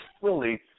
fully